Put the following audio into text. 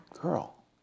girl